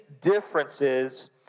differences